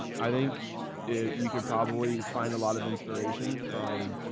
and i think you could probably find a lot of inspiration from,